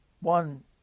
one